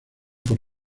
por